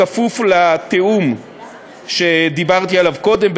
בכפוף לתיאום שדיברתי עליו קודם,